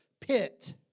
pit